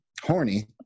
horny